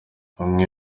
umwe